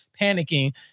panicking